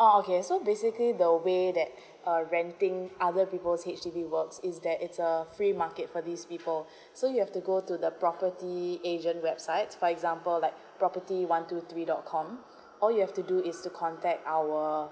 a'ah okay so basically the way that uh renting other people's H_D_B works is that it's a free market for these people so you have to go to the property agent website for example like property one two three dot com all you have to do is to contact our